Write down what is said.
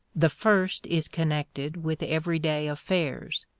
the first is connected with everyday affairs,